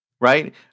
right